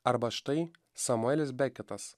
arba štai samuelis beketas